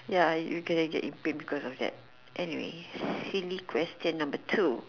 ya you can get in pain because of that anyway silly question number two